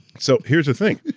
so here's the thing.